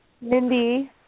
Mindy